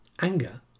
anger